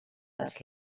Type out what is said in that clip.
dels